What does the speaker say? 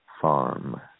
farm